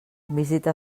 visita